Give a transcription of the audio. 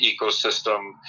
ecosystem